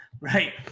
right